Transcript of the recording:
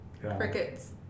crickets